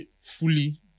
fully